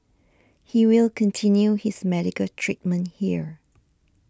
he will continue his medical treatment here